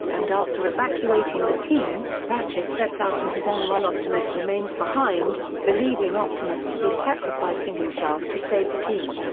and after evacuating the team, ratchet sets out on his own while optimus remains behind, believing optimus to be sacrificing himself to save the team.